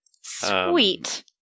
Sweet